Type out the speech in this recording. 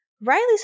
Riley's